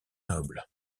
nobles